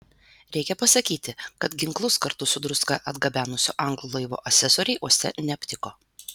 reikia pasakyti kad ginklus kartu su druska atgabenusio anglų laivo asesoriai uoste neaptiko